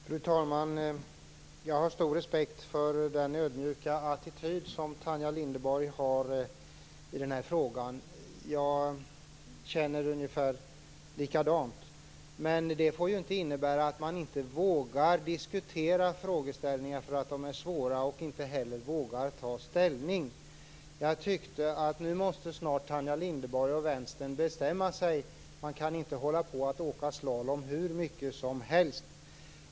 Fru talman! Jag har stor respekt för den ödmjuka attityd som Tanja Linderborg har i den här frågan. Jag känner ungefär likadant. Men det får inte innebära att man inte vågar diskutera frågeställningar för att de är svåra och inte heller vågar ta ställning. Jag tycker nu att Tanja Linderborg och Vänstern snart måste bestämma sig. Man kan inte hålla på och åka slalom hur mycket som helst.